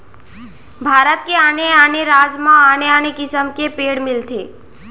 भारत के आने आने राज म आने आने किसम के पेड़ मिलथे